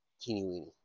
teeny-weeny